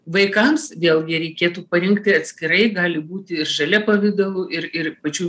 vaikams vėlgi reikėtų parinkti atskirai gali būti ir šalia pavidalu ir ir pačių